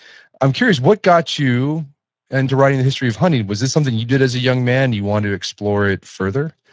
i'm curious, what got you into writing the history of hunting? was this something you did as a young man and you want to explore it further?